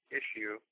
issue